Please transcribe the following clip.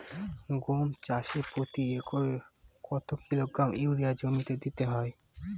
গম চাষে প্রতি একরে কত কিলোগ্রাম ইউরিয়া জমিতে দিতে হয়?